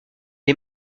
est